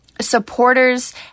Supporters